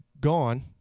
gone